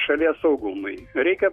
šalies saugumui reikia